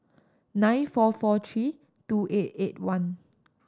nine four four three two eight eight one